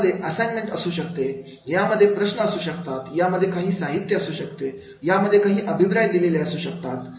क्लासमध्ये असाइन्मेंट असू शकते यामध्ये प्रश्न असू शकतात यामध्ये काही साहित्य असू शकते यामध्ये काही अभिप्राय दिलेले असू शकतात